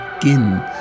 begin